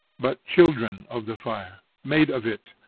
but children of the fire, made of it,